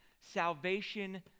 Salvation